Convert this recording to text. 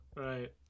Right